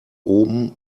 oben